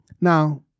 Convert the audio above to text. Now